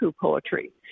poetry